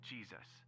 Jesus